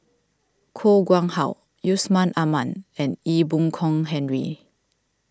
Koh Nguang How Yusman Aman and Ee Boon Kong Henry